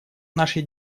нашей